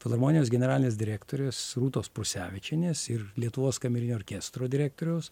filharmonijos generalinės direktorės rūtos prusevičienės ir lietuvos kamerinio orkestro direktoriaus